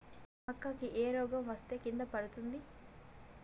మక్కా కి ఏ రోగం వస్తే కింద పడుతుంది?